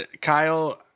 Kyle